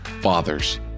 fathers